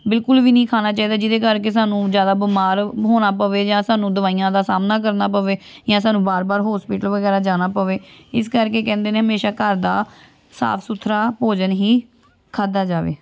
ਬਿਲਕੁਲ ਵੀ ਨਹੀਂ ਖਾਣਾ ਚਾਹੀਦਾ ਜਿਹਦੇ ਕਰਕੇ ਸਾਨੂੰ ਜ਼ਿਆਦਾ ਬਿਮਾਰ ਹੋਣਾ ਪਵੇ ਜਾਂ ਸਾਨੂੰ ਦਵਾਈਆਂ ਦਾ ਸਾਹਮਣਾ ਕਰਨਾ ਪਵੇ ਜਾਂ ਸਾਨੂੰ ਵਾਰ ਵਾਰ ਹੋਸਪੀਟਲ ਵਗੈਰਾ ਜਾਣਾ ਪਵੇ ਇਸ ਕਰਕੇ ਕਹਿੰਦੇ ਨੇ ਹਮੇਸ਼ਾ ਘਰ ਦਾ ਸਾਫ ਸੁਥਰਾ ਭੋਜਨ ਹੀ ਖਾਧਾ ਜਾਵੇ